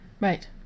right